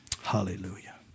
Hallelujah